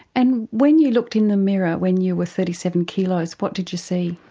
and when you looked in the mirror when you were thirty seven kilos what did you see?